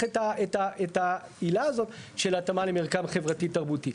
את העילה הזאת של התאמה למרקם חברתי תרבותי.